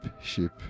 ship